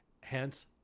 Hence